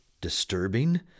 disturbing